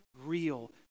real